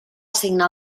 signar